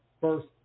first